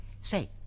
Say